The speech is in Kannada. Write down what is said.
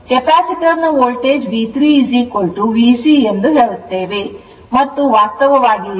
Capacitor ನ ವೋಲ್ಟೇಜ್ V3V c ಎಂದು ಹೇಳುತ್ತೇವೆ ಮತ್ತು ಇದು ವಾಸ್ತವವಾಗಿ 45 volt ಆಗಿದೆ